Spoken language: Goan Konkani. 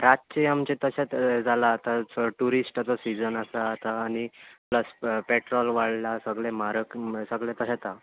रातचें आमचें तशेंत जालां आतां सो टुरिस्टाचो सिजन आसा आतां आनी प्लस पॅट्रॉल वाडलां सगलें म्हारग सगलें तहेंत आहा